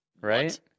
right